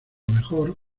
mejor